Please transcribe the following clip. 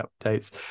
updates